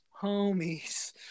homies